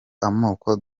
amoko